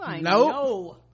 no